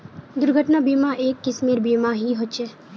दुर्घटना बीमा, एक किस्मेर बीमा ही ह छे